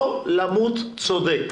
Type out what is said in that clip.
לא למות צודק.